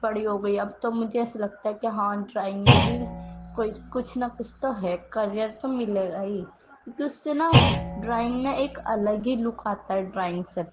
بڑی ہو گئی اب تو مجھے ایسا لگتا ہے کہ ہاں ڈرائنگ میں بھی کوئی کچھ نہ کچھ تو ہے کریر تو ملے گا ہی کیونکہ اس سے نا ڈرائنگ نا ایک الگ ہی لک آتا ہے ڈرائنگ سے